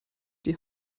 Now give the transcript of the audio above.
die